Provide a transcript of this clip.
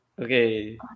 Okay